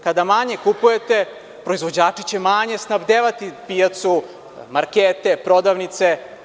Kada manje kupujete, proizvođači će manje snabdevati pijacu, markete, prodavnice.